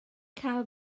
cael